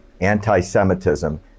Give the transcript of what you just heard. anti-Semitism